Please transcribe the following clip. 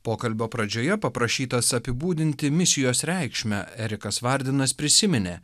pokalbio pradžioje paprašytas apibūdinti misijos reikšmę erikas vardenas prisiminė